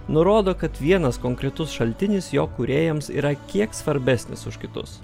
nurodo kad vienas konkretus šaltinis jo kūrėjams yra kiek svarbesnis už kitus